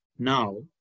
now